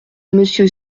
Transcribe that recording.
monsieur